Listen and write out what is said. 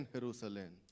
Jerusalem